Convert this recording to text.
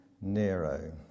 Nero